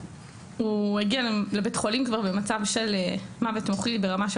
הוא הגיע לבית חולים כבר במצב של מוות מוחי ברמה שהוא